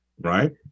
right